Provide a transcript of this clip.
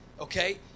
Okay